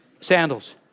sandals